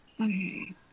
Okay